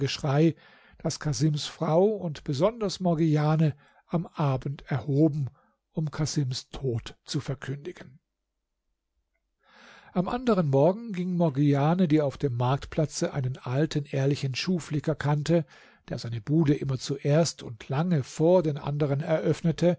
das casims frau und besonders morgiane am abend erhoben um casims tod zu verkündigen am anderen morgen ging morgiane die auf dem marktplatze einen alten ehrlichen schuhflicker kannte der seine bude immer zuerst und lange vor den anderen öffnete